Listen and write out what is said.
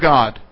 God